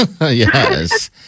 Yes